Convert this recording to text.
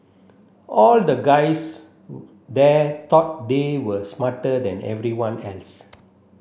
all the guys there thought they were smarter than everyone else